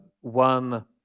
One